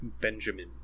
benjamin